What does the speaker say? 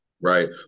Right